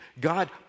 God